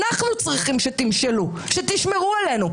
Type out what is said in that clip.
אנחנו צריכים שתמשלו, שתשמרו עלינו.